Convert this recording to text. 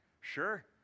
Sure